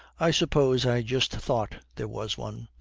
i suppose i just thought there was one.